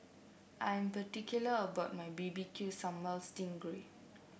I'm particular about my B B Q sambal sting